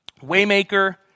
Waymaker